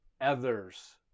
others